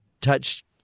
touch